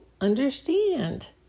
understand